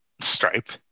Stripe